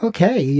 Okay